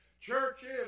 churches